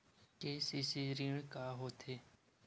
KCC ऋण का होथे?